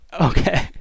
Okay